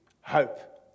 hope